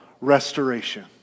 restoration